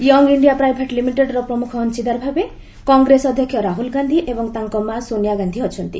young India private ଲିମିଟେଡ୍ର ପ୍ରମୁଖ ଅଂଶିଦାର ଭାବେ କଂଗ୍ରେସ ଅଧ୍ୟକ୍ଷ ରାହୁଳ ଗାନ୍ଧି ଏବଂ ତାଙ୍କ ମା' ସୋନିଆ ଗାନ୍ଧି ଅଛନ୍ତି